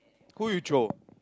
who you throw